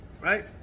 right